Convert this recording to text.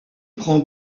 prend